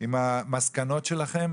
עם המסקנות שלכם?